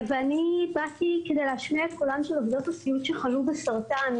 אני באתי כדי להשמיע את קולן של עובדות הסיעוד שחלו בסרטן.